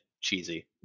cheesy